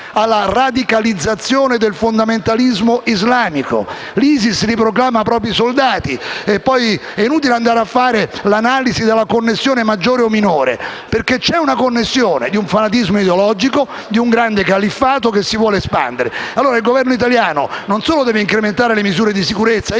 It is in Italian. alla radicalizzazione del fondamentalismo islamico. L'ISIS li proclama propri soldati, ed è quindi inutile andare a fare l'analisi della connessione maggiore o minore. Perché una connessione c'è: quella di un fanatismo ideologico, di un grande califfato che si vuole espandere. Allora il Governo italiano non deve solo incrementare le misure di sicurezza.